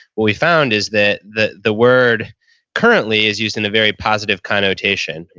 what we found is that the the word currently is used in a very positive connotation.